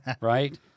right